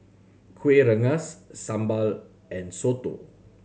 Kuih Rengas sambal and soto